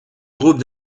groupe